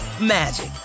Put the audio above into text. magic